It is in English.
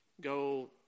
go